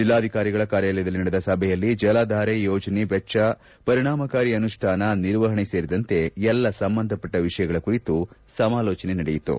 ಜಿಲ್ಲಾಧಿಕಾರಿಗಳ ಕಾರ್ಯಾಲಯದಲ್ಲಿ ನಡೆದ ಸಭೆಯಲ್ಲಿ ಜಲಧಾರೆ ಯೋಜನಾ ವೆಚ್ಚ ಪರಿಣಾಮಕಾರಿ ಅನುಷ್ಠಾನ ನಿರ್ವಹಣೆ ಸೇರಿದಂತೆ ಎಲ್ಲಾ ಸಂಬಂಧಪಟ್ಟ ವಿಷಯಗಳ ಕುರಿತು ಸಮಾಲೋಚನೆ ನಡೆಯಿತು